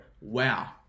Wow